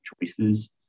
choices